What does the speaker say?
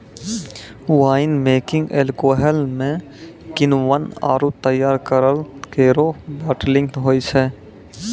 wine making alcohol म किण्वन आरु तैयार तरल केरो बाटलिंग होय छै